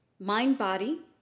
mind-body